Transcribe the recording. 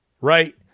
right